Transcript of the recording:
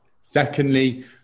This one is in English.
Secondly